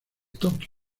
tokio